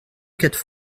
quatre